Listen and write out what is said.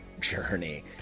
journey